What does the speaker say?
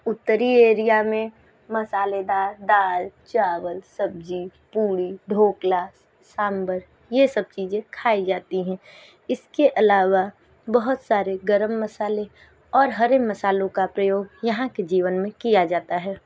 उत्तरी एरिया में मसालेदार दाल चावल सब्जी पूरी ढोकला साम्बार यह सब चीज़ें खाई जाती हैं इसके अलावा बहुत सारे गरम मसाले और हरे मसाले का प्रयोग यहाँ के जीवन में किया जाता है